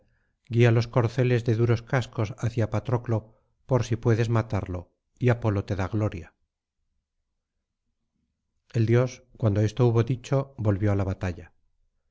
guía los corceles de duros cascos hacia patroclo por si puedes matarlo y apolo te da gloria el dios cuando esto hubo dicho volvió ala batalla